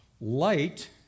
Light